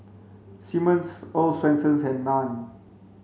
Simmons Earl's Swensens and Nan